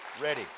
ready